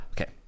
Okay